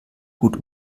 gut